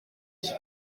iki